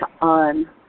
on